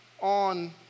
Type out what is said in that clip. on